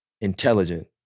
intelligent